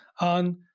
on